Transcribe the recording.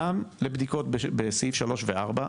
גם לבדיקות בסעיף שלוש וארבע,